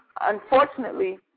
unfortunately